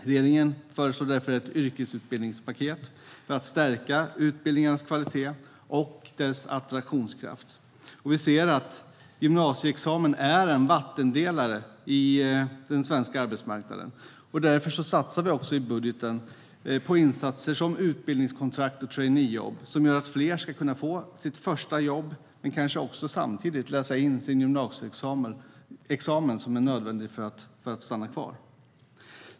Regeringen föreslår därför ett yrkesutbildningspaket för att stärka utbildningarnas kvalitet och attraktionskraft. Vi ser att gymnasieexamen är en vattendelare på den svenska arbetsmarknaden, och därför satsar vi i budgeten på insatser som utbildningskontrakt och traineejobb som gör att fler ska kunna få sitt första jobb, kanske samtidigt som man läser in sin gymnasieexamen som är nödvändig för att man ska kunna stanna kvar på arbetsmarknaden.